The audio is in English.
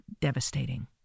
devastating